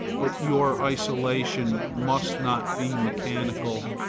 but your isolation must not be mechanical,